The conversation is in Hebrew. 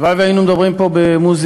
הלוואי שהיינו מדברים פה במוזיקה,